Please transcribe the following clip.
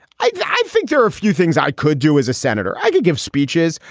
i i think there are a few things i could do as a senator. i can give speeches,